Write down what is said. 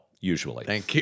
usually